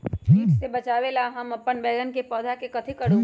किट से बचावला हम अपन बैंगन के पौधा के कथी करू?